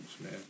man